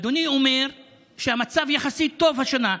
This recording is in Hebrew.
אדוני אומר שהמצב יחסית טוב השנה,